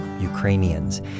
Ukrainians